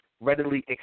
readily